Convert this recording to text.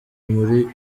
muri